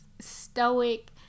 stoic